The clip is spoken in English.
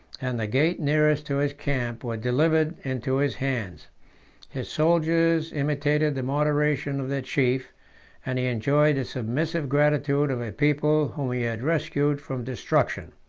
and the gate nearest to his camp, were delivered into his hands his soldiers imitated the moderation of their chief and he enjoyed the submissive gratitude of a people whom he had rescued from destruction.